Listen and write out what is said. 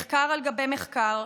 מחקר על גבי מחקר,